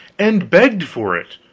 and begged for it